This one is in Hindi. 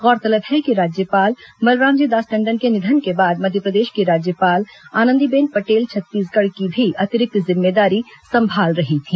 गौरतलब है कि राज्यपाल बलरामजी दास टंडन के निधन के बाद मध्यप्रदेश की राज्यपाल आनंदीबेन पटेल छत्तीसगढ़ की भी अतिरिक्त जिम्मेदारी संभाल रही थी